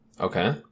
Okay